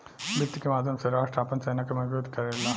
वित्त के माध्यम से राष्ट्र आपन सेना के मजबूत करेला